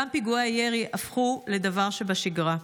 גם פיגועי ירי הפכו לדבר שבשגרה.